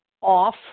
off